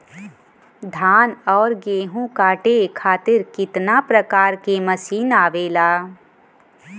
धान और गेहूँ कांटे खातीर कितना प्रकार के मशीन आवेला?